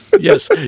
Yes